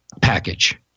package